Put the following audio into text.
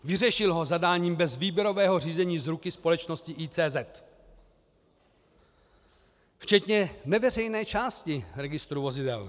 Vyřešil ho zadáním bez výběrového řízení z ruky společnosti ICZ, včetně neveřejné části registru vozidel.